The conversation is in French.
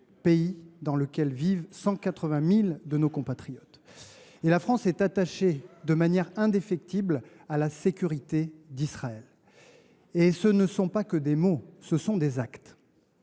pays dans lequel vivent 180 000 de nos compatriotes. La France est attachée de manière indéfectible à la sécurité d’Israël. Et ce ne sont pas que des mots, ce sont des actes.